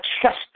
trust